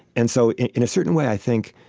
and so in a certain way i think,